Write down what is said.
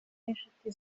w’inshuti